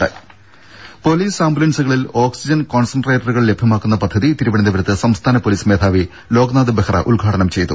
ദേദ പോലീസ് ആമ്പുലൻസുകളിൽ ഓക്സിജൻ കോൺസൻട്രേറ്ററുകൾ ലഭ്യമാക്കുന്ന പദ്ധതി തിരുവനന്തപുരത്ത് സംസ്ഥാന പോലീസ് മേധാവി ലോക്നാഥ് ബെഹ്റ ഉദ്ഘാടനം ചെയ്തു